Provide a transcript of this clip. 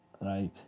right